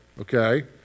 okay